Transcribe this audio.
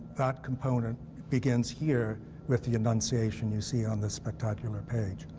that component begins here with the annunciation, you see on this spectacular page.